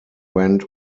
went